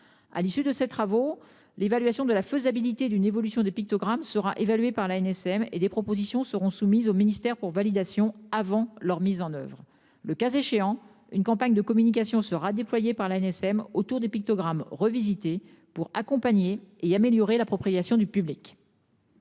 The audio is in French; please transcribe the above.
à l'issue de ces travaux. L'évaluation de la faisabilité d'une évolution des pictogrammes sera évalué par l'ANSM et des propositions seront soumises au ministère pour validation avant leur mise en oeuvre, le cas échéant, une campagne de communication sera déployée par l'ANSM autour des pictogrammes revisité pour accompagner et améliorer l'appropriation du public.